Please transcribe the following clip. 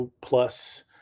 plus